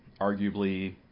arguably